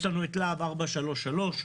יש לנו להב 433,